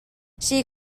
she